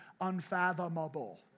unfathomable